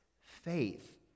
faith